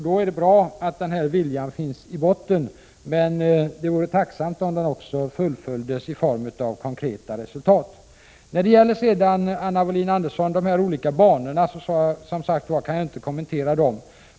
Då är det bra att denna vilja finns i botten, men det vore tacknämligt om den fullföljdes i form av konkreta resultat. När det gäller de olika banorna, Anna Wohlin-Andersson, kan jag som sagt var inte kommentera dem.